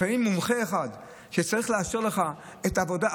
לפעמים מומחה אחד שצריך לאשר לך את העבודה,